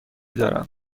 دارم